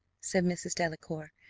said mrs. delacour,